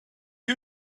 you